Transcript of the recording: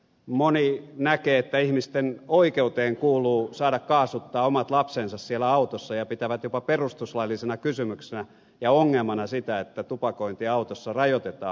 moni näkee että ihmisten oikeuteen kuuluu saada kaasuttaa omat lapsensa siellä autossa ja pitää jopa perustuslaillisena kysymyksenä ja ongelmana sitä että tupakointia autossa rajoitetaan